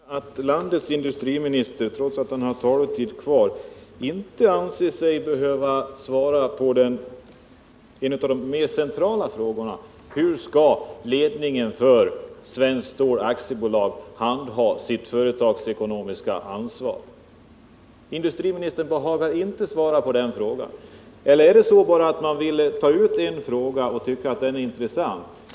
Herr talman! Jag noterar att landets industriminister trots att han har taletid kvar inte anser sig behöva svara på en av de mera centrala frågorna, nämligen: Hur skall ledningen för Svenskt Stål AB handha sitt företagsekonomiska ansvar? Industriministern behagar inte svara på den frågan. Han tar bara upp en fråga, som han tycker är intressant.